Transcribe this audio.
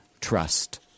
Trust